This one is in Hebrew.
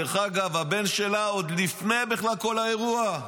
דרך אגב, הבן שלה, בכלל עוד לפני כל האירוע.